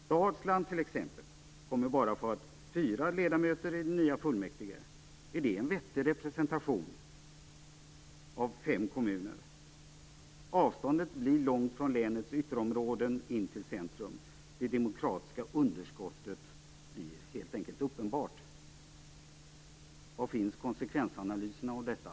Dalsland kommer t.ex. bara att få ha fyra ledamöter i det nya fullmäktige. Är det en vettig representation för fem kommuner? Avståndet blir långt från länets ytterområden in till centrum. Det demokratiska underskottet blir helt enkelt uppenbart. Var finns konsekvensanalyserna av detta?